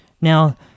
Now